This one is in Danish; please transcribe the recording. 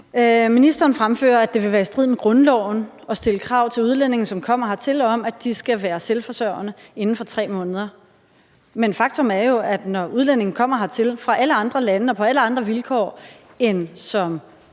Ministeren fremfører, at det vil være i strid med grundloven at stille krav til udlændinge, som kommer hertil, om, at de skal være selvforsørgende inden for 3 måneder. Men faktum er jo, at vi, når det drejer sig om alle andre udlændinge, som kommer hertil fra alle andre lande og på alle andre vilkår end som